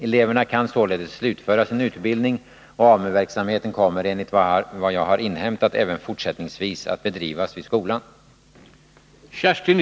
Eleverna kan således slutföra sin utbildning, och AMU-verksamheten kommer, enligt vad jag har inhämtat, även fortsättningsvis att bedrivas vid skolan.